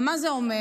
מה זה אומר?